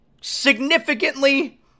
significantly